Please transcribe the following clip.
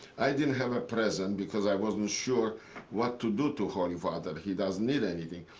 i didn't have a present because i was unsure what to do to holy father he doesn't need anything.